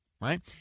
Right